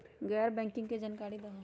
गैर बैंकिंग के जानकारी दिहूँ?